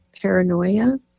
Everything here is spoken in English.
paranoia